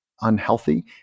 unhealthy